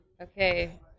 Okay